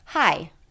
Hi